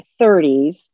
30s